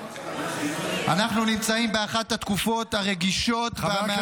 אנחנו נמצאים באחת התקופות הרגישות והמאתגרות,